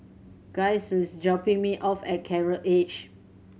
Giles is dropping me off at Coral Edge